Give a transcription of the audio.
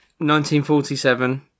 1947